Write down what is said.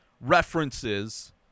references